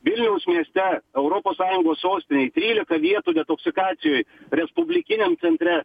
vilniaus mieste europos sąjungos sostinėj trylika vietų detoksikacijoj respublikiniam centre